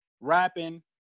rapping